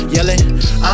Yelling